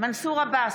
מנסור עבאס,